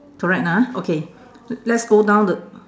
correct ah okay l~ let's go down the